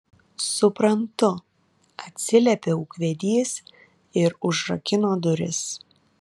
suprantu atsiliepė ūkvedys ir užrakino duris